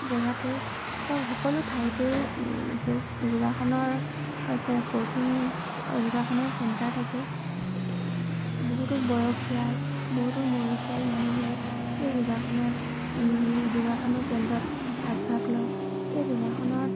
জেগাতেই চব সকলো ঠাইতে যোগ যোগাসনৰ আছে কছিং যোগাসনৰ চেণ্টাৰ থাকে বহুতো বয়সীয়াল বহুতো বয়সীয়াল মানুহে এই যোগাসনত যোগাসনৰ কেন্দ্ৰত আগভাগ লয় এই যোগাসনত